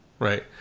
Right